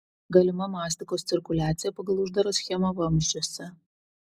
galima mastikos cirkuliacija pagal uždarą schemą vamzdžiuose